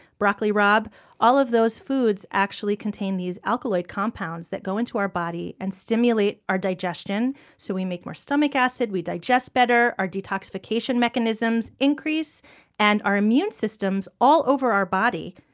broccoli raab all of those foods contain these alkaloid compounds that go into our body and stimulate our digestion so we make more stomach acid, we digest better. our detoxification mechanisms increase and our immune systems all over our body,